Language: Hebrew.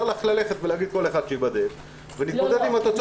להביא כל אחד כדי שייבדק ונתמודד עם התוצאות.